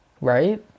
Right